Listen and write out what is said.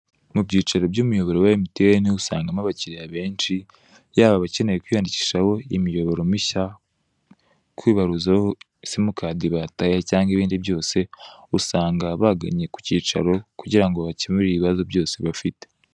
Mu byiciro by'umuyoboro wa MTN, usangamo abakiriya benshi yaba abakeneye kwiyandikishaho imiyoboro mishya, kwibaruzaho simukadi bataye cyangwa ibindi byose, usanga baganye ku cyicaro kugira ngo bakemure ibibazo byose bafite.